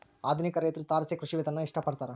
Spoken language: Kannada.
ಆಧುನಿಕ ರೈತ್ರು ತಾರಸಿ ಕೃಷಿ ವಿಧಾನಾನ ಇಷ್ಟ ಪಡ್ತಾರ